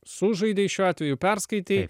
sužaidei šiuo atveju perskaitei